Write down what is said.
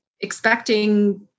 expecting